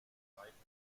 weiten